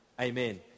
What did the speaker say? amen